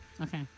Okay